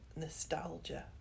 nostalgia